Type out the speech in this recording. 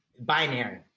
binary